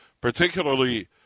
particularly